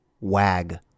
WAG